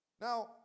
Now